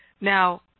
Now